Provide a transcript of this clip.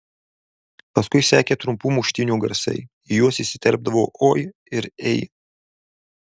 paskui sekė trumpų muštynių garsai į juos įsiterpdavo oi ir ei